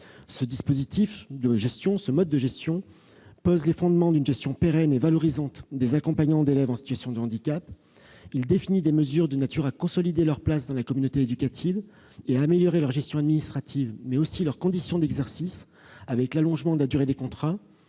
le dispositif d'accompagnement. Ce nouveau cadre pose les fondements d'une gestion pérenne et valorisante des accompagnants d'élèves en situation de handicap. Il définit des mesures de nature à consolider leur place dans la communauté éducative, en améliorant à la fois leur gestion administrative et leurs conditions d'exercice, avec l'allongement de la durée des contrats,